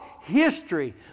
history